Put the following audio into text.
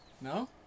No